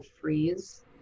freeze